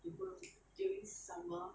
什么